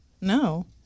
No